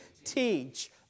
Teach